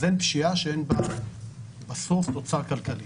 אז אין פשיעה שאין בה בסוף תוצר כלכלי.